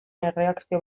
erreakzio